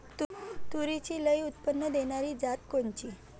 तूरीची लई उत्पन्न देणारी जात कोनची?